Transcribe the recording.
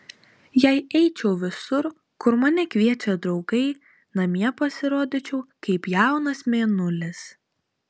jei eičiau visur kur mane kviečia draugai namie pasirodyčiau kaip jaunas mėnulis